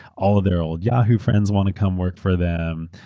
all of their old yahoo! friends want to come work for them,